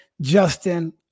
Justin